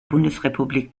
bundesrepublik